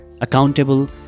accountable